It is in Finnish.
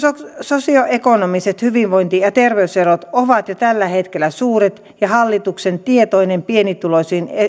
sosioekonomiset hyvinvointi ja terveyserot ovat jo tällä hetkellä suuret ja hallituksen tietoinen pienituloisiin